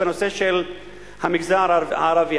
בנושא של המגזר ערבי.